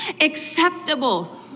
acceptable